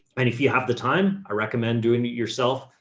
and if you have the time i recommend doing it yourself,